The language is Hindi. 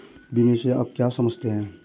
बीमा से आप क्या समझते हैं?